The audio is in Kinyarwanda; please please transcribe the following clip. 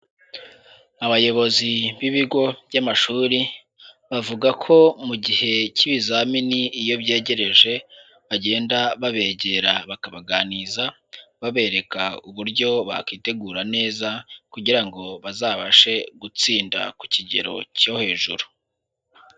Abayobozi b'ibigo by'amashuri bavuga ko mu gihe cy'ibizamini iyo byegereje, bagenda babegera bakabaganiriza babereka uburyo bakitegura neza kugira ngo bazabashe gutsinda ku kigero cyo hejuru.